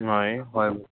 হয় হয়